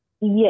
Yes